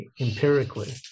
empirically